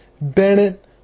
Bennett